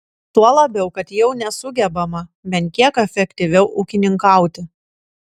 tuo labiau kad jau nesugebama bent kiek efektyviau ūkininkauti